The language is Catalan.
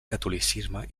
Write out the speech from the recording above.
catolicisme